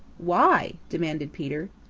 why? demanded peter.